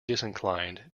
disinclined